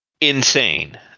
insane